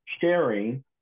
sharing